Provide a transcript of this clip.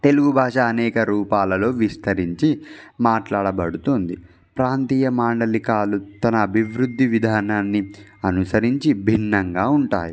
తెలుగు భాష అనేక రూపాలలో విస్తరించి మాట్లాడబడుతుంది ప్రాంతీయ మాండలికాలు తన అభివృద్ధి విధానాన్ని అనుసరించి భిన్నంగా ఉంటాయి